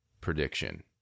prediction